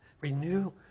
Renew